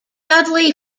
dudley